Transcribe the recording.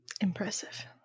Impressive